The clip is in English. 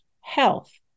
health